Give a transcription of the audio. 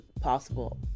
possible